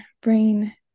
brain